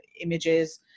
images